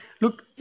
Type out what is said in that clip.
look